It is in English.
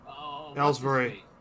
Ellsbury